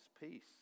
peace